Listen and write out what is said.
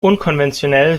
unkonventionell